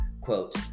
quote